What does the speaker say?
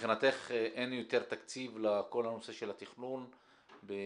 מבחינתך אין יותר תקציב לכל הנושא של התכנון ביאנוח-ג'ת.